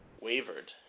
wavered